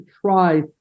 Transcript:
try